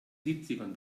siebzigern